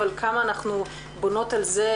אבל כמה אנחנו בונות על זה,